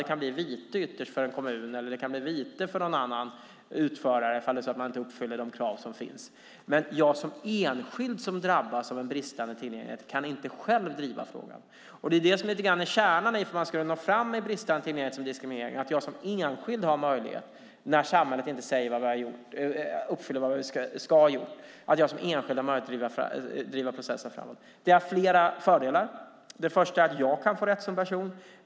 Det kan ytterst bli vite för en kommun eller för någon annan utförare om det är så att man inte uppfyller det krav som finns. Men jag som enskild som drabbas av en bristande tillgänglighet kan inte själv driva frågan. Det är lite kärnan i varför man skulle nå fram i frågan om brist i tillgänglighet som grund för diskriminering. Jag skulle som enskild ha en möjlighet att driva processen framåt när samhället inte uppfyller vad det ska ha gjort. Detta har flera fördelar. Det första är att jag kan få rätt som person.